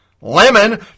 Lemon